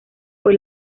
fue